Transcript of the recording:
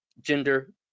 gender